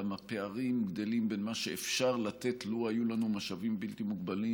גם גדלים הפערים בין מה שאפשר לתת לו היו לנו משאבים בלתי מוגבלים